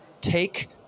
take